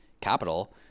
capital